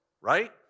Right